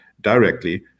directly